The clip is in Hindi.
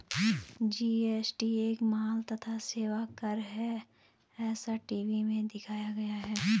जी.एस.टी एक माल तथा सेवा कर है ऐसा टी.वी में दिखाया गया